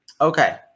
Okay